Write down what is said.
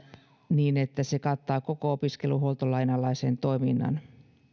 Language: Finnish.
niin että se kattaa koko opiskeluhuoltolain alaisen toiminnan